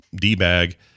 D-bag